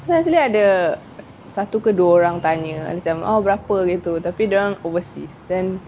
pasal actually ada satu dua orang tanya macam berapa gitu tapi dorang overseas then